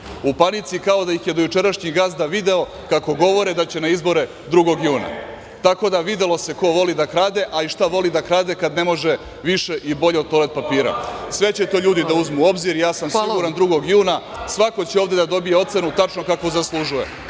u panici kao da ih je dojučerašnji gazda video kako govore da će na izbore 2. juna. Tako da, videlo se ko voli da krade, a i šta voli da krade kad ne može više i bolje od toalet papira. Sve će to ljudi da uzmu u obzir, ja sam siguran, 2. juna. Svako će ovde da dobije ocenu tačno kako zaslužuje,